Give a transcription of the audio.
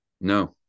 No